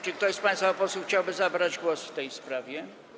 Czy ktoś z państwa posłów chciałby zabrać głos w tej sprawie?